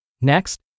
Next